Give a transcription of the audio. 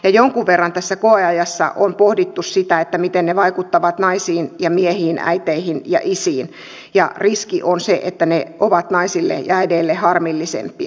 jonkun verran tässä koeajassa on pohdittu sitä miten ne vaikuttavat naisiin ja miehiin äiteihin ja isiin ja riski on se että ne ovat naisille ja äideille harmillisempia